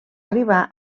arribar